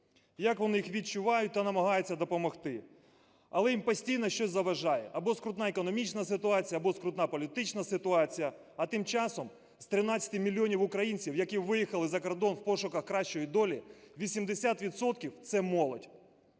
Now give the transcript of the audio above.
як вони їх відчувають та намагаються допомогти, але їм постійно щось заважає: або скрутна економічна ситуація, або скрутна політична ситуація. А тим часом з 13 мільйонів українців, які виїхали за кордон в пошуках кращої долі, 80 відсотків – це молодь.